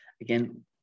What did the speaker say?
again